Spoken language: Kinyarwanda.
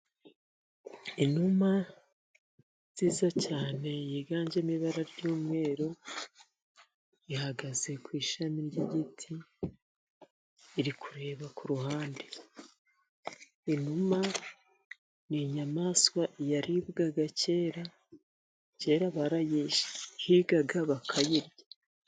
Inuma nziza cyane yiganjemo ibara ry'mweru ihagaze ku ishami ry'igiti, irikureba kuruhande. Inuma n'inyamaswa yaribwaga kera kera barayihigaga bakayirya.